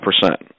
percent